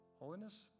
Holiness